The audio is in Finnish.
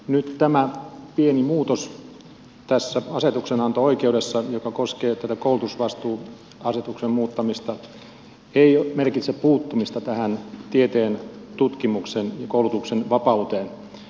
nyt tämä pieni muutos tässä asetuksenanto oikeudessa joka koskee tätä koulutusvastuuasetuksen muuttamista ei merkitse puuttumista tähän tieteen tutkimuksen ja koulutuksen vapauteen